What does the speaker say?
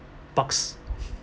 parks